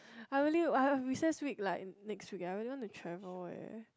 I really I have recess week like next week I really want to travel eh